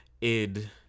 id